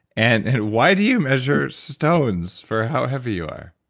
and and why do you measure stones for how heavy you are?